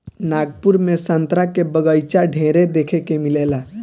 नागपुर में संतरा के बगाइचा ढेरे देखे के मिलेला